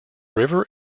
river